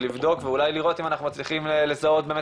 לבדוק ואולי לראות אם אנחנו מצליחים לזהות באמת